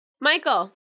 Michael